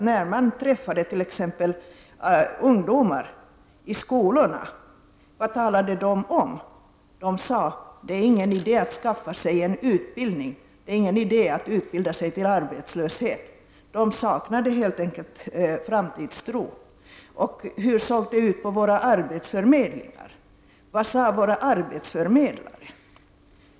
När man träffade ungdomar i skolorna sade de ofta: Det är ingen idé att skaffa sig en utbildning — det är ingen idé att utbilda sig till arbetslöshet. De saknade helt enkelt framtidstro. Hur såg det ut på våra arbetsförmedlingar? Vad sade våra arbetsförmedlare?